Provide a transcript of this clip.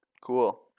Cool